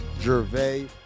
Gervais